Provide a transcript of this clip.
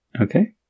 okay